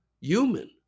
human